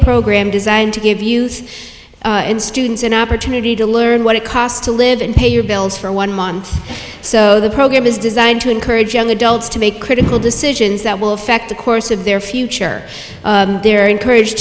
program designed to give you and students an opportunity to learn what it costs to live and pay your bills for one month so the program is designed to encourage young adults to make critical decisions that will affect the course of their future they're encouraged